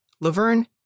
Laverne